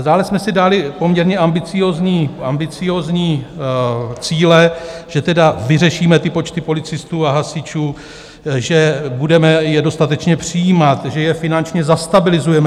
Dále jsme si dali poměrně ambiciózní cíle, že vyřešíme ty počty policistů a hasičů, že je budeme dostatečně přijímat, že je finančně zastabilizujeme.